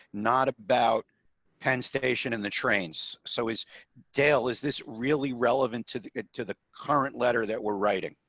not about penn station and the trains. so is dale is this really relevant to the to the current letter that we're writing